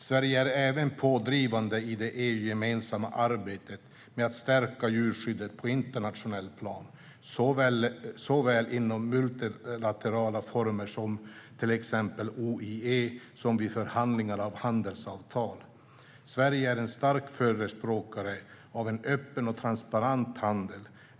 Sverige är även pådrivande i det EU-gemensamma arbetet med att stärka djurskyddet på ett internationellt plan, såväl inom multilaterala forum som till exempel OIE som vid förhandlingar av handelsavtal. Sverige är en stark förespråkare av en öppen och transparent handel.